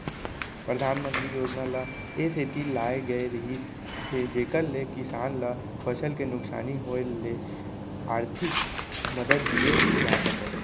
परधानमंतरी योजना ल ए सेती लाए गए रहिस हे जेकर ले किसान ल फसल के नुकसानी होय ले आरथिक मदद दिये जा सकय